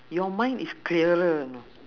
your mind is clearer you know